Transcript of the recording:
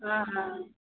हाँ हाँ